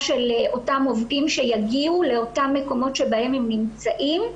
של אותם עובדים שיגיעו לאותם מקומות שבהם הם נמצאים,